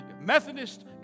Methodist